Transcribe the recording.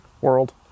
world